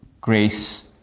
grace